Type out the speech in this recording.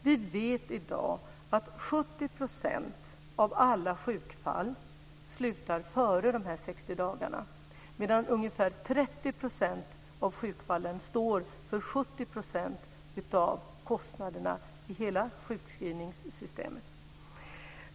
Vi vet i dag att 70 % av alla sjukskrivningar slutar före de här 60 dagarna, medan ungefär 30 % av sjukskrivningarna står för 70 % av kostnaderna i hela sjukskrivningssystemet.